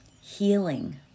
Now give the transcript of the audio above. healing